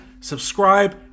subscribe